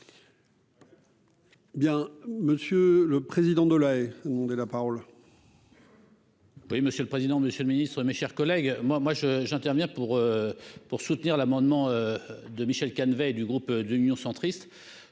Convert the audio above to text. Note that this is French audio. Bien, monsieur le président de la ou de la parole. Oui, monsieur le président, Monsieur le Ministre, mes chers collègues, moi, moi je j'interviens pour pour soutenir l'amendement de Michel Canevet, du groupe d'union centriste,